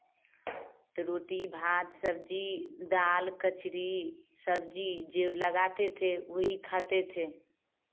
तो रोटी भात सब्जी दाल कचरी सब्जी जो लगाते थे वही खाते थे